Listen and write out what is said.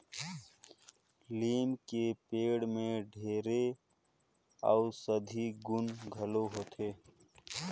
लीम के पेड़ में ढेरे अउसधी गुन घलो होथे